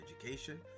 education